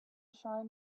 shine